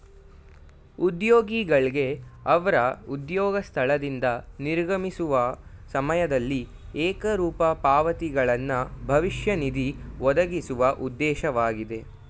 ಉದ್ಯೋಗಿಗಳ್ಗೆ ಅವ್ರ ಉದ್ಯೋಗ ಸ್ಥಳದಿಂದ ನಿರ್ಗಮಿಸುವ ಸಮಯದಲ್ಲಿ ಏಕರೂಪ ಪಾವತಿಗಳನ್ನ ಭವಿಷ್ಯ ನಿಧಿ ಒದಗಿಸುವ ಉದ್ದೇಶವಾಗಿದೆ